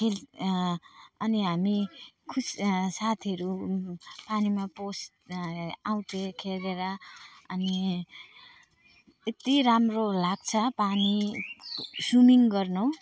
खेल अनि हामी खुस साथीहरू पानीमा पोस् आउँथेँ खेलेर अनि यति राम्रो लाग्छ पानी स्विमिङ गर्नु